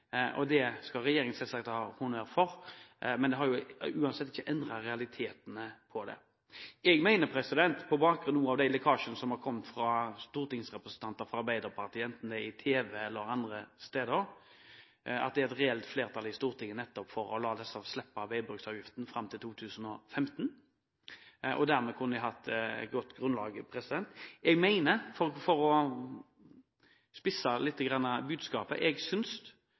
Det skal regjeringen selvsagt ha honnør for, men det har uansett ikke endret realitetene i det. Jeg mener på bakgrunn av de lekkasjene som har kommet fra stortingsrepresentanter fra Arbeiderpartiet, enten det er i tv eller andre steder, at det er et reelt flertall i Stortinget nettopp for å la disse drivstofftypene slippe veibruksavgiften fram til 2015, og dermed kunne vi hatt et godt grunnlag. Jeg mener, for å spisse